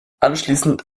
anschließend